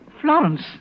Florence